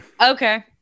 Okay